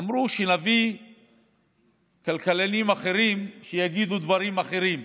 אמרו: נביא כלכלנים אחרים שיגידו דברים אחרים.